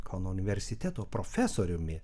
kauno universiteto profesoriumi